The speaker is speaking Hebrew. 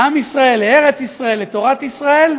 לעם ישראל, לארץ ישראל, לתורת ישראל,